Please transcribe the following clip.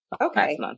Okay